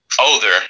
Older